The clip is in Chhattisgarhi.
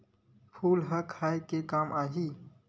फूल ह खाये के काम आही?